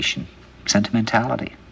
sentimentality